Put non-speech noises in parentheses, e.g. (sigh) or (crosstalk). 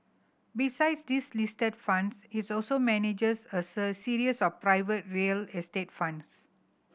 besides these listed funds is also manages a (unintelligible) series of private real estate funds